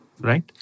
right